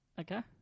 Okay